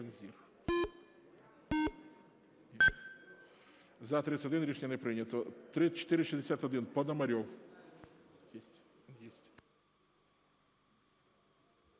За-31 Рішення не прийнято. 3461, Пономарьов.